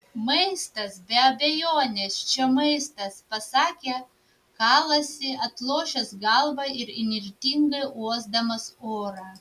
maistas be abejonės čia maistas pasakė kalasi atlošęs galvą ir įnirtingai uosdamas orą